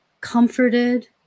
comforted